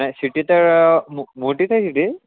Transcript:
नाही शिटी तर मोठीच आहे शिटी